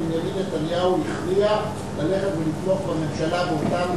ובנימין נתניהו הכריע ללכת ולתמוך בממשלה באותן